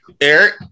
Eric